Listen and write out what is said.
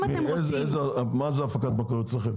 אם אתם רוצים --- מה זה הפקת מקור אצלכם?